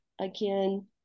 Again